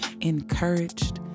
encouraged